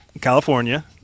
California